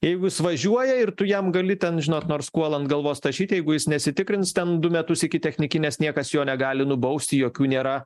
jeigu jis važiuoja ir tu jam gali ten žinot nors kuolą ant galvos tašyti jeigu jis nesitikrins ten du metus iki technikinės niekas jo negali nubausti jokių nėra